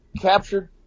captured